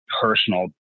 personal